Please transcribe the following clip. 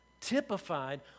typified